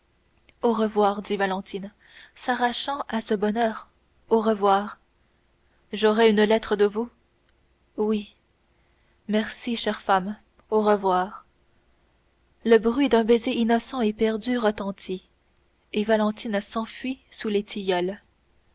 au revoir dit valentine s'arrachant à ce bonheur au revoir j'aurai une lettre de vous oui merci chère femme au revoir le bruit d'un baiser innocent et perdu retentit et valentine s'enfuit sous les tilleuls